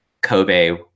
Kobe